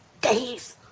Days